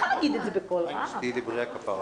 --- חבר הכנסת פורר,